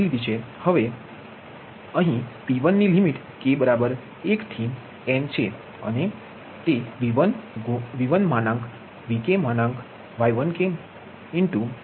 હવે અહી P1 ની લીમીટ k 1 થી n છે